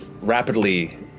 rapidly